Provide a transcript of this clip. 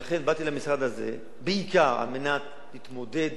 ולכן באתי למשרד הזה בעיקר על מנת להתמודד